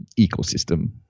ecosystem